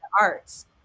arts